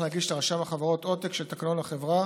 להגיש לרשם החברות עותק של תקנון החברה